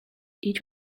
each